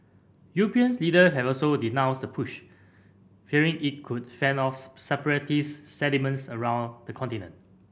European leader have also denounced the push fearing it could fan separatist sentiment around the continent